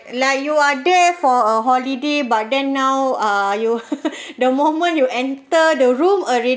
like you are there for a holiday but then now uh you the moment you enter the room already